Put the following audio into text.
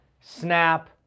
Snap